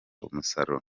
umusaruro